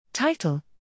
Title